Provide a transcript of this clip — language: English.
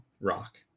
rock